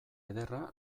ederra